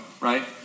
right